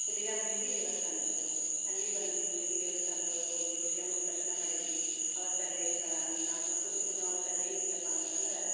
ಹುಲಿಗೆಮ್ಮ ಹುಲ್ಗೆ ದೇವಸ್ಥಾನ ಇತ್ತು ಅಲ್ಲಿ ಬಂದ್ವಿ ಹುಲ್ಗೆ ದೇವಸ್ಥಾನ್ದೊಳಗೆ ಹೋಗಿ ಹುಲಗೆಮ್ಮನ ದರ್ಶನ ಮಾಡಿದ್ವಿ ಅವತ್ತು ಅಲ್ಲಿ ಕಾ ನಾವು ಹೋಗುದಕ್ಕೂ ಅವತ್ತು ಅಲ್ಲಿ ಏನು ಇತ್ತಪ್ಪ ಅಂತಂದ್ರೆ